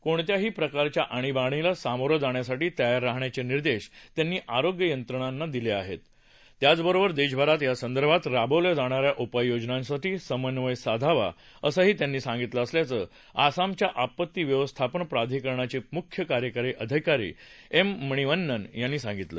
कोणत्याही प्रकारच्या आणीबाणीला सामोरं जाण्यासाठी तयार राहण्याचे निर्देश त्यांनी आरोग्य यंत्रणांना दिले आहेत त्याचप्रमाणे देशभरात या संदर्भात राबवल्या जाणा या उपाययोजनांशी समन्वय साधावा असंही सांगितलं असल्याचं आसामच्या आपत्ती व्यवस्थापन प्राधिकरणाचे मुख्य कार्यकारी अधिकारी एम मणिवन्नन यांनी सांगितलं